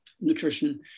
nutrition